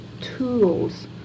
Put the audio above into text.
tools